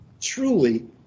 Truly